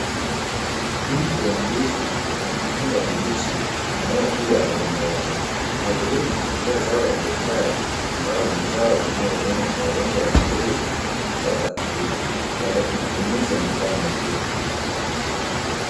Mti wa ndizi ya matunda mabichi na ua kubwa la zambarau hali hii inaashiria zao la biashara, ambalo ni zao linalolimwa kwa lengo la kuuza na kupata faida badala ya matumizi ya nyumbani tu.